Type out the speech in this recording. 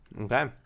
okay